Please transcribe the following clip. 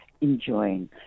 enjoying